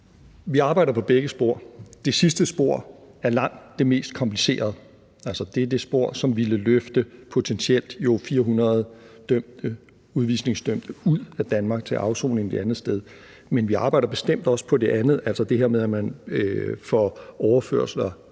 Vi arbejder på begge spor. Det sidste spor er langt det mest komplicerede. Altså, det er det spor, som jo potentielt ville flytte 400 udvisningsdømte ud af Danmark til afsoning et andet sted. Men vi arbejder bestemt også på det andet spor, altså det her med, at man får overført